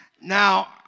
Now